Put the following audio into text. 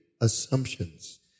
assumptions